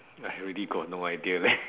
I really got no idea leh